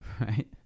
right